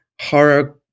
horror